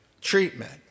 treatment